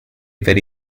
very